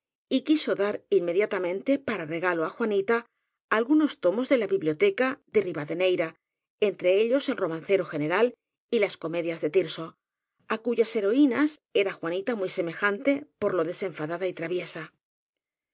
y quiso dar inme diatamente para regalo á juanita algunos tomos de la biblioteca de rivadeneira entre ellos el ro mancero general y las comedias de tirso á cuyas heroínas era juanita muy semejante por lo desen fadada y traviesa